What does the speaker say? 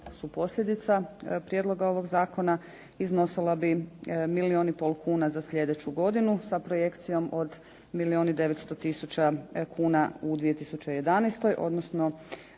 su posljedica prijedloga ovog zakona iznosila bi milijun i pol kuna za slijedeću godinu sa projekcijom od milijun i 900 tisuća kuna u 2011. odnosno